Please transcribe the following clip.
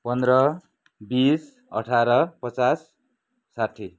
पन्ध्र बिस अठार पचास साठी